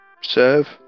serve